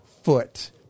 Foot